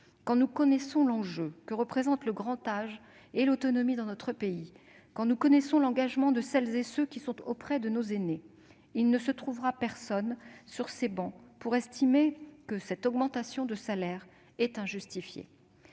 Quand nous connaissons l'enjeu que représentent le grand âge et l'autonomie dans notre pays, quand nous connaissons l'engagement de celles et ceux qui sont auprès de nos aînés, il ne se trouvera personne sur ces travées pour estimer que cette augmentation de salaire serait injustifiée.